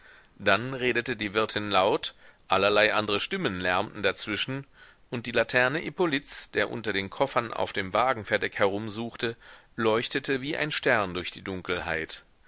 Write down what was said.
dann redete die wirtin laut allerlei andre stimmen lärmten dazwischen und die laterne hippolyts der unter den koffern auf dem wagenverdeck herumsuchte leuchtete wie ein stern durch die dunkelheit